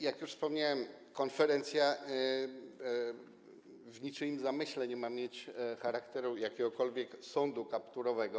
Jak już wspomniałem, konferencja w niczyim zamyśle nie ma mieć charakteru jakiegokolwiek sądu kapturowego.